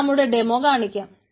ഇനി നമ്മുടെ ഡെമോ കാണിക്കാം